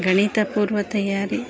ಗಣಿತ ಪೂರ್ವ ತಯಾರಿ